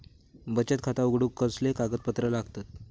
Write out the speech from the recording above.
बचत खाता उघडूक कसले कागदपत्र लागतत?